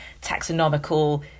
taxonomical